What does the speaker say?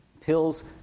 pills